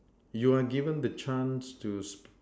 you are given the chance to